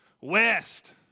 west